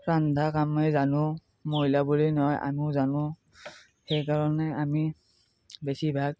ৰন্ধা কামেই জানো মহিলাবোৰেই নহয় আমিও জানো সেইকাৰণে আমি বেছিভাগ